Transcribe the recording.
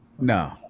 No